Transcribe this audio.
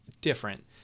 different